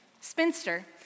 spinster